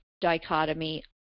dichotomy